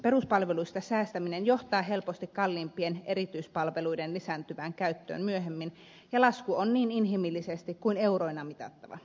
peruspalveluista säästäminen johtaa helposti kalliimpien erityispalveluiden lisääntyvään käyttöön myöhemmin ja lasku on niin inhimillisesti kuin euroina mittava